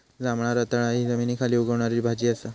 जांभळा रताळा हि जमनीखाली उगवणारी भाजी असा